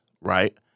right